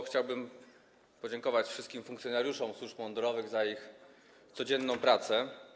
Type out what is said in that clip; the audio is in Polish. Chciałbym podziękować wszystkim funkcjonariuszom służb mundurowych za ich codzienną pracę.